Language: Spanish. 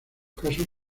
casos